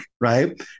right